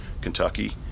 Kentucky